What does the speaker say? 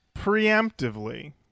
preemptively